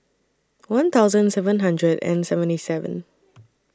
one thousand seven hundred and seventy seven